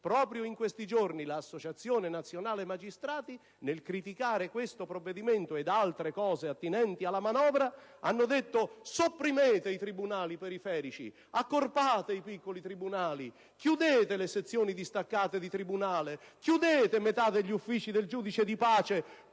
Proprio in questi giorni l'Associazione nazionale magistrati, nel criticare questo provvedimento e altri aspetti attinenti alla manovra, ha chiesto di sopprimere i tribunali periferici, di accorpare i piccoli tribunali, di chiudere le sezioni distaccate di tribunale, di chiudere metà degli uffici del giudice di pace